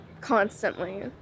constantly